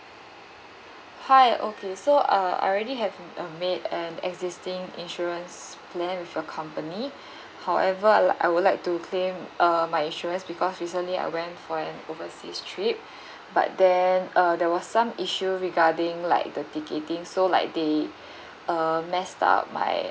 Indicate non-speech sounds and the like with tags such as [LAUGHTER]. hi okay so uh I already have uh made an existing insurance plan with your company [BREATH] however li~ I would like to claim uh my insurance because recently I went for an overseas trip [BREATH] but then uh there was some issue regarding like the ticketing so like they [BREATH] uh messed up my